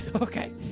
Okay